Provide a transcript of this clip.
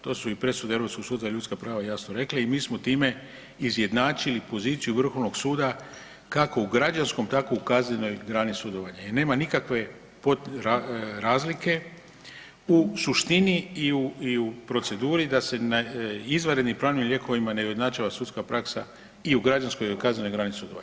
To su i presude Europskog suda za ljudska prava jasno rekli i mi smo time izjednačili poziciju Vrhovnog suda kako u građanskom, tako u kaznenoj grani sudovanja i nema nikakve razlike u suštini i u proceduri da se izvanrednim pravnim lijekovima ne ujednačava sudska prava i u građanskoj i u kaznenoj grani sudovanja.